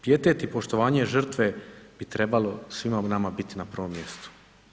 Pijetet i poštovanje žrtve bi trebalo svima nama biti na prvom mjestu.